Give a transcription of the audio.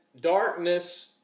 darkness